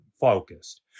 focused